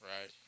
Right